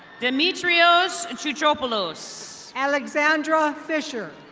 dimitrios tootropolos. alexandra fishers.